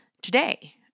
today